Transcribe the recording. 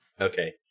Okay